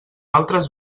altres